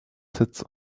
sits